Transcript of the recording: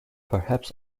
perhaps